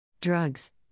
drugs